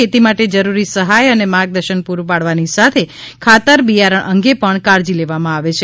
ખેતી માટે જરૂરી સહાય અને માર્ગદર્શન પુરૂ પાડવાની સાથે ખાતર બિયારણ અંગે પણ કાળજી લેવામાં આવે છે